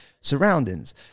surroundings